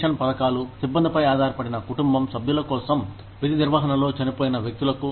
pension పథకాలు సిబ్బందిపై ఆధారపడిన కుటుంబం సభ్యుల కోసం విధినిర్వహణలో చనిపోయిన వ్యక్తులకు